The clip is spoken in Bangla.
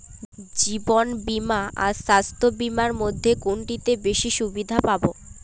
জীবন বীমা আর স্বাস্থ্য বীমার মধ্যে কোনটিতে বেশী সুবিধে পাব?